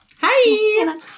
hi